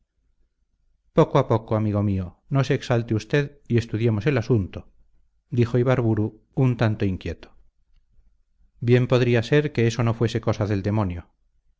poco a poco amigo mío no se exalte usted y estudiemos el asunto dijo ibarburu un tanto inquieto bien podría ser que eso no fuese cosa del demonio